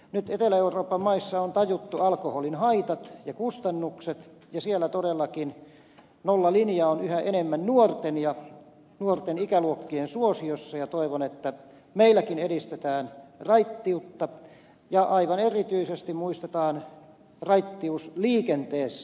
nyt etelä euroopan maissa on tajuttu alkoholin haitat ja kustannukset ja siellä todellakin nollalinja on yhä enemmän nuorten ikäluokkien suosiossa ja toivon että meilläkin edistetään raittiutta ja aivan erityisesti muistetaan raittius liikenteessä